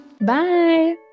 bye